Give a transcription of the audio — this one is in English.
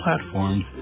platforms